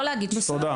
לא להגיד שטויות.